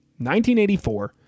1984